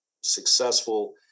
successful